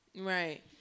Right